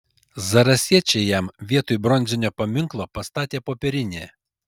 zarasiečiai jam vietoj bronzinio paminklo pastatė popierinį